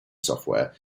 software